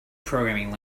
programming